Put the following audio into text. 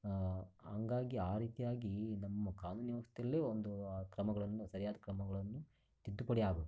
ಹಾಗಾಗಿ ಆ ರೀತಿಯಾಗಿ ನಮ್ಮ ಕಾನೂನು ವ್ಯವಸ್ಥೆಯಲ್ಲಿ ಒಂದು ಕ್ರಮಗಳನ್ನು ಸರಿಯಾದ ಕ್ರಮಗಳನ್ನು ತಿದ್ದುಪಡಿಯಾಗಬೇಕು